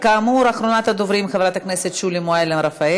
כאמור, אחרונת הדוברים, חברת הכנסת מועלם-רפאלי,